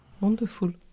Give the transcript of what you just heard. Wonderful